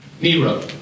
Nero